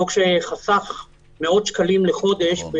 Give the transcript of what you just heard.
חוק שחסך מאות שקלים בחודש -- נכון, בחשמל.